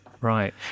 Right